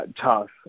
tough